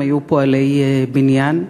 הם היו פועלי בניין.